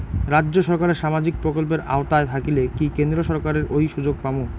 রাজ্য সরকারের সামাজিক প্রকল্পের আওতায় থাকিলে কি কেন্দ্র সরকারের ওই সুযোগ পামু?